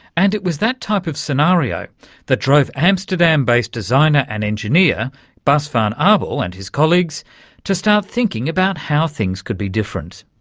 and it was that type of scenario that drove amsterdam-based designer and engineer bas van ah abel and his colleagues to start thinking about how things could be different.